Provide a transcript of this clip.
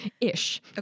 Ish